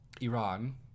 Iran